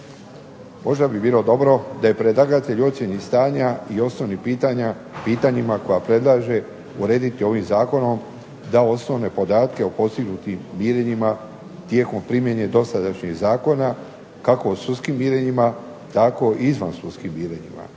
Možda bi bilo dobro da je predlagatelj u ocjeni stanja i osnovnim pitanjima koja predlaže urediti ovim zakonom da osnovne podatke o postignutim mirenjima tijekom primjene dosadašnjih zakona, kako u sudskim mirenjima, tako i izvansudskim mirenjima,